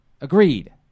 Agreed